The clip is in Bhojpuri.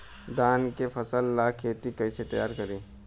धान के फ़सल ला खेती कइसे तैयार करी?